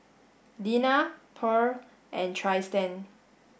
Dina Purl and Trystan